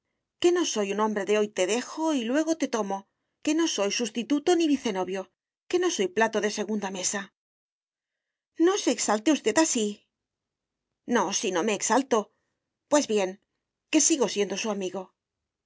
que no soy un hombre de hoy te dejo y luego te tomo que no soy sustituto ni vicenovio que no soy plato de segunda mesa no se exalte usted así no si no me exalto pues bien que sigo siendo su amigo